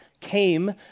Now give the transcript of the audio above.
came